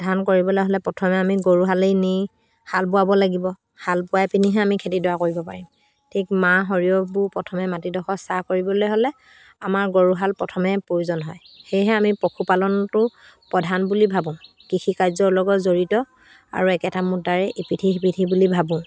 ধান কৰিবলৈ হ'লে প্ৰথমে আমি গৰুহালেই নি হাল বোৱাব লাগিব হাল বোৱাই পিনিহে আমি খেতিডৰা কৰিব পাৰিম ঠিক মাহ সৰিয়হবোৰ প্ৰথমে মাটিডোখৰ চাহ কৰিবলৈ হ'লে আমাৰ গৰুহাল প্ৰথমে প্ৰয়োজন হয় সেয়েহে আমি পশুপালনটো প্ৰধান বুলি ভাবোঁ কৃষিকাৰ্যৰ লগত জড়িত আৰু একেটা মুদ্ৰাৰে ইপিঠি সিপিঠি বুলি ভাবোঁ